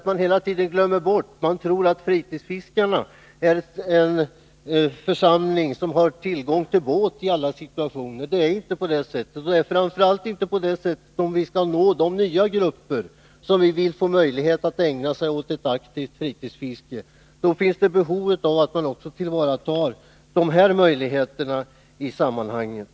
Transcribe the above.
Man tror nämligen att fritidsfiskarna alltid har tillgång till båt, men så är inte fallet. Framför allt kan man inte påstå detta om de nya grupper som vi vill ge möjlighet att aktivt ägna sig åt fritidsfiske. Därför finns det behov av att också i det sammanhanget tillvarata de möjligheter vi nu diskuterar.